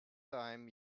time